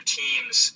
teams